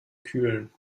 kühlen